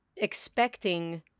Expecting